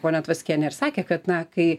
ponia tvaskienė ir sakė kad na kai